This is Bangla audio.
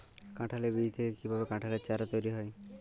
কাঁঠালের বীজ থেকে কীভাবে কাঁঠালের চারা তৈরি করা হয়?